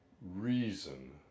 reason